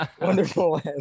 wonderful